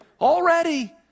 already